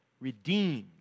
redeemed